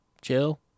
chill